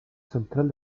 central